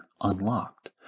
unlocked